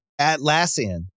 Atlassian